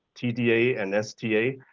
tda and sta,